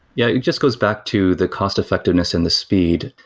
yeah. it just goes back to the cost-effectiveness and the speed.